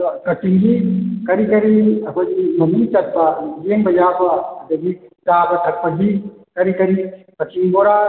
ꯑꯗꯣ ꯀꯛꯆꯤꯡꯒꯤ ꯀꯔꯤ ꯀꯔꯤ ꯑꯩꯈꯣꯏꯒꯤ ꯃꯃꯤꯡ ꯆꯠꯄ ꯌꯦꯡꯕ ꯌꯥꯕ ꯑꯗꯒꯤ ꯆꯥꯕ ꯊꯛꯄꯒꯤ ꯀꯔꯤ ꯀꯔꯤ ꯀꯛꯆꯤꯡ ꯕꯣꯔꯥ